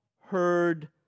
heard